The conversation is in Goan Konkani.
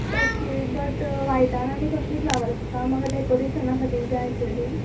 ओके बट व्हायटान आनी कसली फ्लावर आसता म्हाका डेकोरेशनाक खातीर जाय आशिल्ली